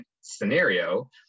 scenario